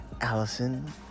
Allison